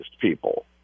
people